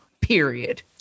period